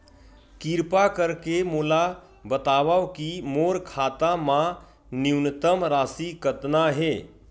किरपा करके मोला बतावव कि मोर खाता मा न्यूनतम राशि कतना हे